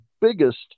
biggest